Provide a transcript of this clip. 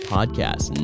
Podcast